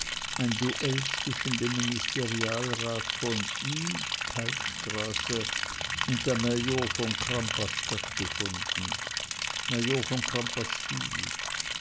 ein duell zwischen dem ministerialrat v i keithstraße und dem major von crampas stattgefunden major von